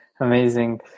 Amazing